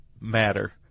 matter